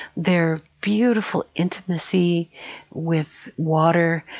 their beautiful intimacy with water,